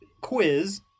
quiz